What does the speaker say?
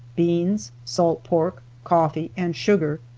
beans, salt pork, coffee and sugar.